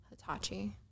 Hitachi